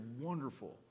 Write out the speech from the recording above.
wonderful